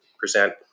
present